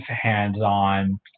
hands-on